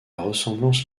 ressemblance